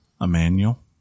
Emmanuel